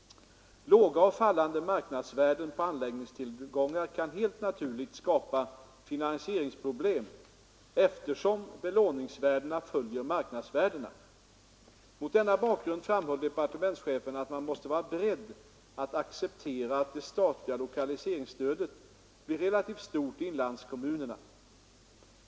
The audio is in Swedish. Låga och fallande marknadsvärden på anläggningstillgångar kan helt naturligt skapa finansieringsproblem, eftersom belåningsvärdena följer marknadsvärdena. Mot denna bakgrund framhöll departementschefen att man måste vara beredd att acceptera att det statliga lokaliseringsstödet blir relativt stort i inlandskommunerna.